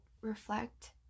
reflect